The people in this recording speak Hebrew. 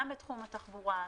גם בתחום התחבורה,